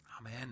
Amen